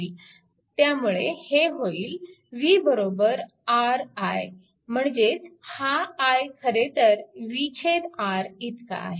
त्यामुळे हे होईल v R i म्हणजेच हा i खरेतर v R इतका आहे